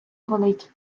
болить